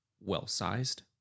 well-sized